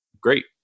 Great